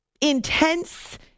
intense